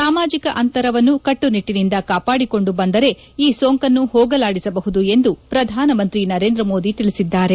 ಸಾಮಾಜಿಕ ಅಂತರವನ್ನು ಕಟ್ಟನಿಟ್ಟನಿಂದ ಕಾಪಾಡಿಕೊಂಡು ಬಂದರೆ ಈ ಸೋಂಕನ್ನು ಹೋಗಲಾಡಿಸಬಹುದು ಎಂದು ಪ್ರಧಾನ ಮಂತ್ರಿ ನರೇಂದ್ರ ಮೋದಿ ತಿಳಿಸಿದ್ದಾರೆ